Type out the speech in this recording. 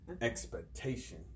Expectation